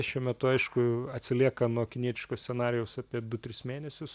šiuo metu aišku atsilieka nuo kinietiško scenarijaus apie du tris mėnesius